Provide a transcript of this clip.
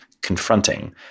confronting